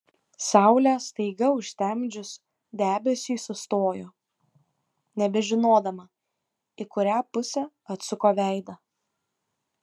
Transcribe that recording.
saulę staiga užtemdžius debesiui sustojo nebežinodama į kurią pusę atsuko veidą